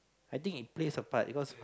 I think it plays a part because